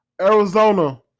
Arizona